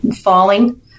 falling